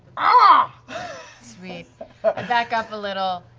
ah sweet. i back up a little,